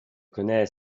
connais